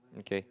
okay